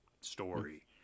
story